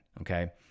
Okay